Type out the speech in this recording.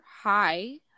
Hi